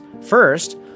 First